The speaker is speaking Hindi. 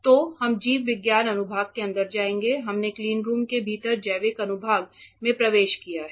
तो हम जीव विज्ञान अनुभाग के अंदर जाएंगे हमने क्लीनरूम के भीतर जैविक अनुभाग में प्रवेश किया है